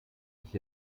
ich